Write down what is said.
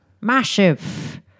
Massive